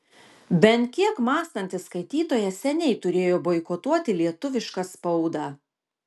bent kiek mąstantis skaitytojas seniai turėjo boikotuoti lietuvišką spaudą